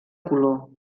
color